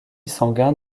sanguin